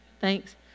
thanks